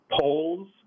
polls